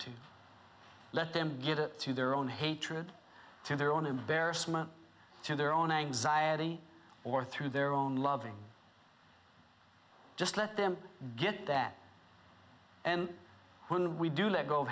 to let them get it through their own hatred to their own embarrassment to their own anxiety or through their own loving just let them get that and when we do let go